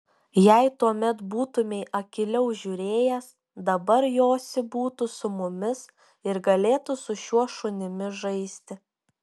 jei tuomet būtumei akyliau žiūrėjęs dabar josi būtų su mumis ir galėtų su šiuo šunimi žaisti